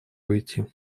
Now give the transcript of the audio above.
уйти